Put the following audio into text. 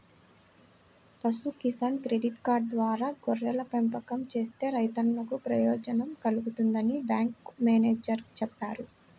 పశు Kisan credit card ద్వారా గొర్రెల పెంపకం చేసే రైతన్నలకు ప్రయోజనం కల్గుతుందని బ్యాంకు మేనేజేరు చెప్పారు